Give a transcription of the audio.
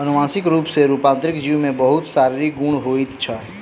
अनुवांशिक रूप सॅ रूपांतरित जीव में बहुत शारीरिक गुण होइत छै